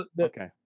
okay